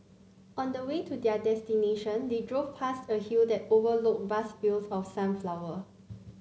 on the way to their destination they drove past a hill that overlooked vast fields of sunflower